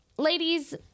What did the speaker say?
Ladies